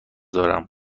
دارم